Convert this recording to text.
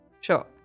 Sure